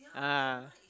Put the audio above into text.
ah